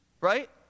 Right